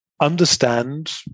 understand